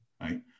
right